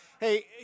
Hey